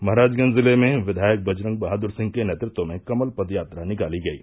महराजगंज जिले में विघायक बजरंग बहादर सिंह के नेतत्व में कमल पद यात्रा निकाली गयी